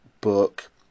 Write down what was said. book